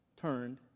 turned